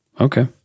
Okay